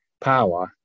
power